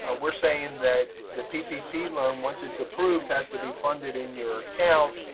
ah we're saying that the ppp loan, once it's approved, has to be funded in your account.